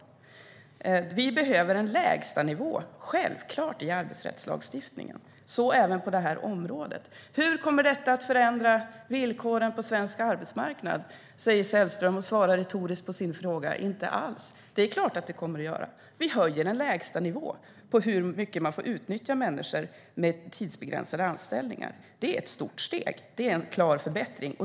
Självklart behövs en lägstanivå i arbetsrättslagstiftningen - så även på det här området. Hur kommer detta att förändra villkoren på svensk arbetsmarknad, frågar Sven-Olof Sällström? Han svarar retoriskt på sin fråga: Inte alls. Men det är klart att det kommer att göra. Vi höjer lägstanivån för hur mycket man får utnyttja människor med tidsbegränsade anställningar. Det är ett stort steg och en klar förbättring.